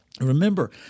Remember